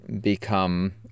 become